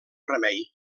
remei